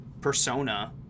persona